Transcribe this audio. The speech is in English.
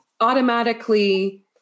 automatically